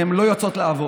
הן לא יוצאות לעבוד.